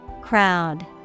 Crowd